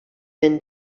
been